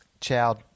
Chow